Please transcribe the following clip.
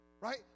Right